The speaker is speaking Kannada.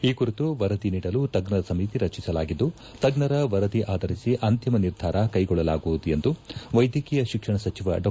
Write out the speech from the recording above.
ಈ ಕುರಿತು ವರದಿ ನೀಡಲು ತಜ್ಜರ ಸಮಿತಿ ರಚಿಸಲಾಗಿದ್ದು ತಜ್ಜರ ವರದಿ ಆಧರಿಸಿ ಅಂತಿಮ ನಿರ್ಧಾರ ಕೈಗೊಳ್ಳಲಾಗುವುದು ಎಂದು ವೈದ್ಯಕೀಯ ಶಿಕ್ಷಣ ಸಚಿವ ಡಾ